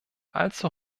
allzu